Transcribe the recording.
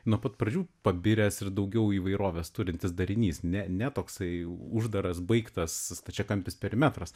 nuo pat pradžių pabiręs ir daugiau įvairovės turintis darinys ne ne toksai uždaras baigtas stačiakampis perimetras